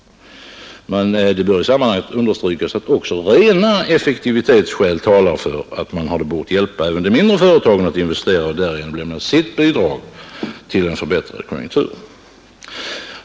Men det bör i sammanhanget understrykas, att också rena effektivitetsskäl talar för att man borde hjälpa även de mindre företagen att investera och därigenom lämna sitt bidrag till en förbättrad konjunktur.